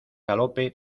galope